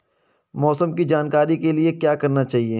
मौसम की जानकारी के लिए क्या करना चाहिए?